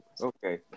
okay